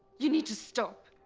you need to stop!